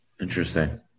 Interesting